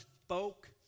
spoke